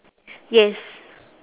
yes